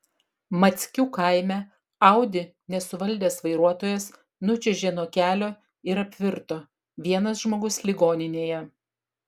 mackių kaime audi nesuvaldęs vairuotojas nučiuožė nuo kelio ir apvirto vienas žmogus ligoninėje